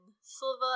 Silva